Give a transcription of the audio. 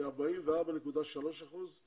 כ-44.3 אחוזים